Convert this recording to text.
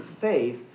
faith